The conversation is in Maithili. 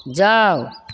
जाउ